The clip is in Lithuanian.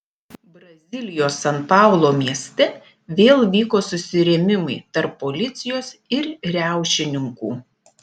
brazilijos san paulo mieste vėl vyko susirėmimai tarp policijos ir riaušininkų